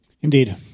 Indeed